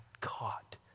caught